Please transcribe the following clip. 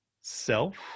self